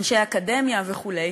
אנשי אקדמיה וכו',